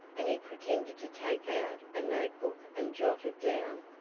and he pretended to take out a notebook and jot it down.